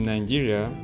Nigeria